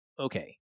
okay